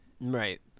right